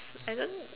I don't